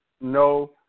No